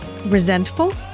Resentful